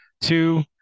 Two